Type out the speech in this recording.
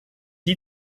die